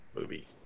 movie